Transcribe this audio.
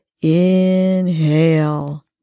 Inhale